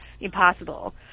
impossible